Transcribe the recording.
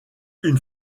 une